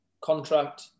contract